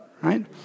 right